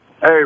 Hey